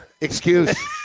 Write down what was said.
Excuse